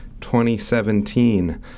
2017